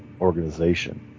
organization